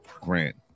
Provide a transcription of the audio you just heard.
grant